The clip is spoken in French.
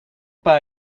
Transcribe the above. pas